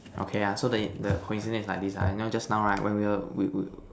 okay ah so the the coincidence is like this ah you know just now right when we were we we